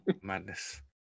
Madness